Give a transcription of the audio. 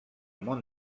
món